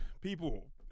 People